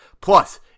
Plus